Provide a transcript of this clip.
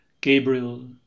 Gabriel